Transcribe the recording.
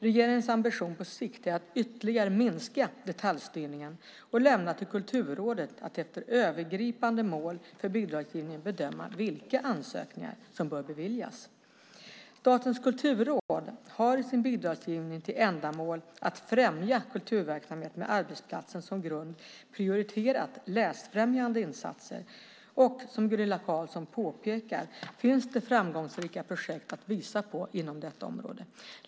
Regeringens ambition på sikt är att ytterligare minska detaljstyrningen och att lämna till Kulturrådet att efter övergripande mål för bidragsgivningen bedöma vilka ansökningar som bör beviljas. Statens kulturråd har i sin bidragsgivning till ändamålet att främja kulturverksamhet med arbetsplatsen som grund prioriterat läsfrämjande insatser. Som Gunilla Carlsson påpekar finns det framgångsrika projekt att visa på inom detta område.